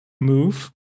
move